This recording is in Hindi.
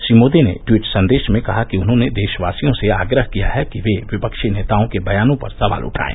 श्री मोदी ने ट्वीट संदेश में कहा कि उन्हॉने देशवासियों से आग्रह किया कि वे विपक्षी नेताओं के बयानों पर सवाल उठाएं